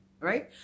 right